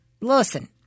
Listen